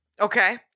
Okay